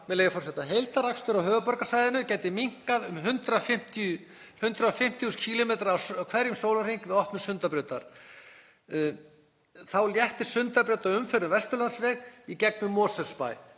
með leyfi forseta: „Heildarakstur á höfuðborgarsvæðinu gæti minnkað um 150.000 km á hverjum sólarhring við opnun Sundabrautar. Þá léttir Sundabraut á umferð um Vesturlandsveg í gegnum Mosfellsbæ.“